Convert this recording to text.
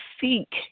seek